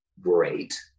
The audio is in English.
great